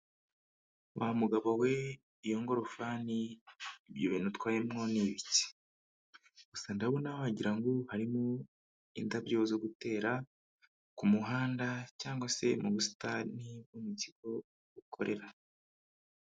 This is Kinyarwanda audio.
Wa mugabo we iyo ngorofani ibyo bintu utwayemo ni ibiki? Gusa ndabona wagira ngo harimo indabyo zo gutera ku muhanda cyangwa se mu busitani bwo mu kigo ukorera.